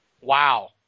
wow